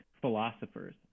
philosophers